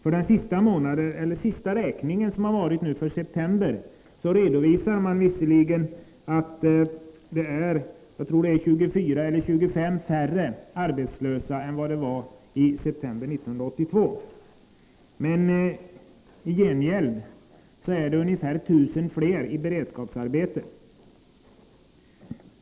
I den senaste räkningen för september redovisas visserligen 24 eller 25 färre arbetslösa än för september 1982. Men i gengäld är det ungefär 1 000 fler i beredskapsarbete.